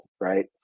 right